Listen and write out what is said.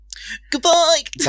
Goodbye